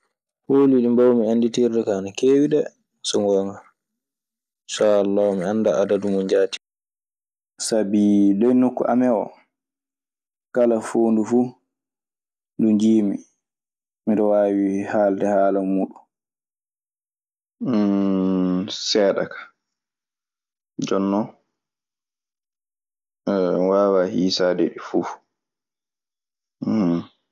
Pooli ɗii mbawmi annditirde kaa ana keewi dee, so ngoonga. SaaAllahu, mi anndaa adadu mun jaati. Sabi ley nokku amen oo, kala foondu fuu ndu njiimi, miɗe waawi haalde haala muuɗun seeɗa ka. Jonnon mi waawaa hiisaade ɗi fuf.